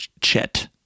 Chet